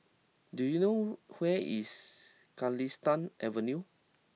do you know where is Galistan Avenue